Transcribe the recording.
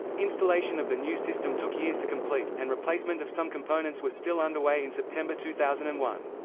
installation of the new system took years to complete, and replacement of some components was still underway in september two thousand and one.